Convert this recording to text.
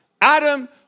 Adam